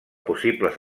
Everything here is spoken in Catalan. possibles